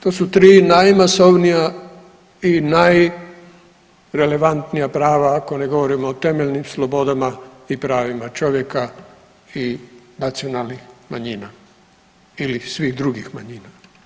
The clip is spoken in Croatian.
To su tri najmasovnija i najrelevantnija prava ako ne govorimo o temeljnim slobodama i pravima čovjeka i nacionalnih manjina ili svih drugih manjina.